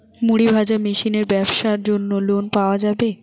মুড়ি ভাজা মেশিনের ব্যাবসার জন্য লোন পাওয়া যাবে?